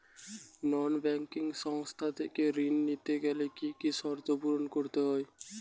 নন banking সংস্থা থেকে ঋণ নিতে গেলে কি কি শর্ত পূরণ করতে হয়?